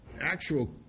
actual